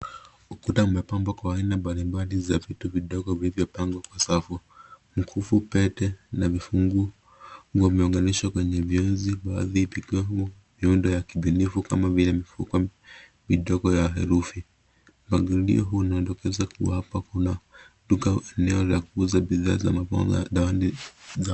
Ukuta umepambwa kwa aina mbalimbali za vitu vidogo vilivyopambwa kwa safu; mkufu, pete na vifungu, wameunganishwa kwenye viunzi baadhi vikiwemo miundo ya kibunifu kama vile mifupa midogo ya herufi .Mpangilio huu unadokeza kuwa hapo kuna duka; eneo la kuuza bidhaa za mabonga.